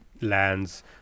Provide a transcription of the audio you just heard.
lands